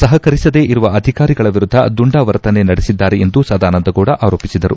ಸಹಕರಿಸದೇ ಇರುವ ಅಧಿಕಾರಿಗಳ ವಿರುದ್ದ ದುಂಡಾವರ್ತನೆ ನಡೆಸಿದ್ದಾರೆ ಎಂದು ಸದಾನಂದಗೌಡ ಆರೋಪಿಸಿದರು